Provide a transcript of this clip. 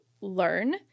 learn